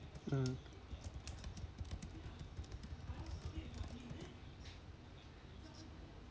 mm